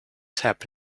tab